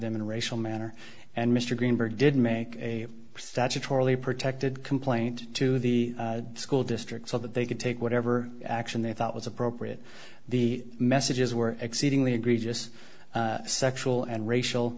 them in a racial manner and mr greenberg did make a statutorily protected complaint to the school district so that they could take whatever action they thought was appropriate the messages were exceedingly egregious sexual and racial